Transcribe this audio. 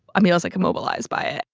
mean like like immobilized by it.